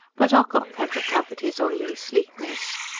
but ocock had recovered his oily sleekness.